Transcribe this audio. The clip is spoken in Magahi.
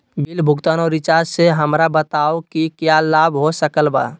बिल भुगतान और रिचार्ज से हमरा बताओ कि क्या लाभ हो सकल बा?